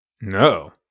no